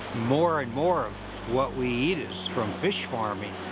more and more of what we eat is from fish farming.